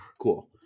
cool